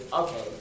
okay